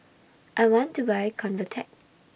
I want to Buy Convatec